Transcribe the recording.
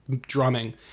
drumming